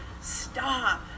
stop